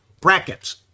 brackets